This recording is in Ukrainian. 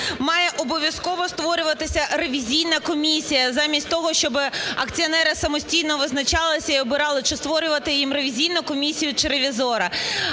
має обов'язково створюватися ревізійна комісія замість того, щоб акціонери самостійно визначалися і обирали, чи створювати їм ревізійну комісію, чи ревізора.